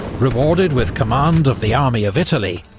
rewarded with command of the army of italy,